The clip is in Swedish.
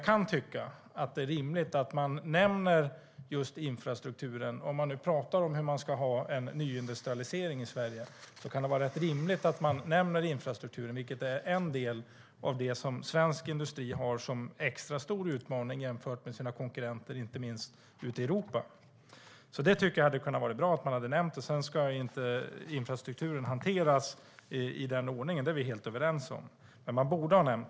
Men om man nu pratar om hur man ska ha en nyindustrialisering i Sverige kan jag tycka att det är rimligt att nämna just infrastrukturen, som är en del av det som svensk industri har som extra stor utmaning jämfört med sina konkurrenter, inte minst ute i Europa. Det hade varit bra om man hade nämnt det, även om vi är helt överens om att infrastrukturen inte ska hanteras i den ordningen. Den borde ha nämnts.